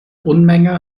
unmenge